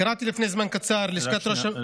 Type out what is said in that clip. קראתי לפני זמן קצר, שנייה,